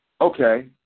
okay